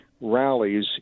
rallies